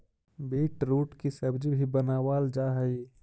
beetroot की सब्जी भी बनावाल जा हई